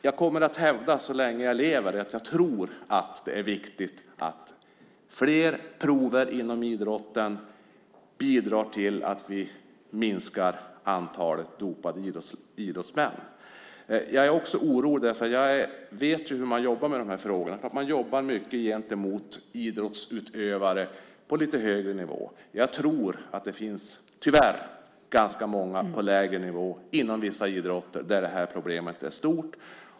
Så länge jag lever kommer jag att hävda att jag tror att det är viktigt att fler prover inom idrotten bidrar till ett minskat antal dopade idrottsmän. Jag är orolig, för jag vet hur man jobbar med de här frågorna. Man jobbar mycket gentemot idrottsutövare på lite högre nivå. Men jag tror att det här problemet, tyvärr, är stort bland ganska många på lägre nivå inom vissa idrotter.